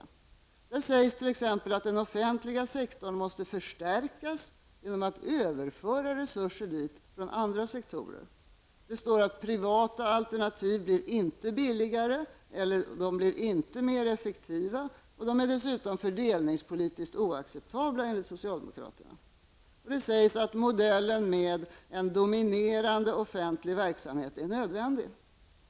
I betänkandet sägs t.ex. att den offentliga sektorn måste förstärkas genom att resurser överförs dit från andra sektorer. Där sägs att privata alternativ inte blir billigare eller mer effektiva och att de dessutom är fördelningspolitiskt oacceptabla. Där sägs att modellen med en dominerande offentlig verksamhet är nödvändig.